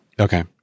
Okay